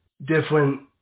different –